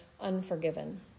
unforgiven